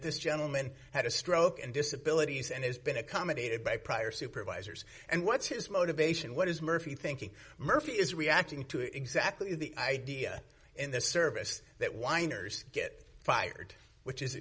this gentleman had a stroke and disability and has been accommodated by prior supervisors and what's his motivation what is murphy thinking murphy is reacting to exactly the idea in the service that weiner's get fired which is u